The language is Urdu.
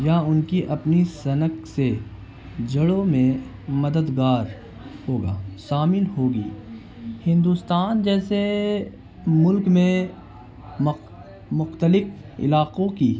یا ان کی اپنی سنک سے جڑوں میں مددگار ہوگا شامل ہوگی ہندوستان جیسے ملک میں مختلف علاقوں کی